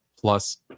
plus